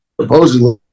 supposedly